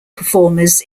performers